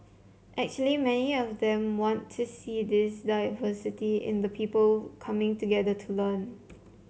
actually many of them want to see this diversity in the people coming together to learn